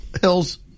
Hills